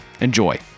Enjoy